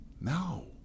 No